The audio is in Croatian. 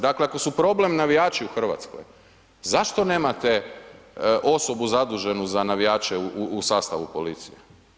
Dakle ako su problem navijači u Hrvatskoj, zašto nemate osobu zaduženu za navijače u sastavu policije?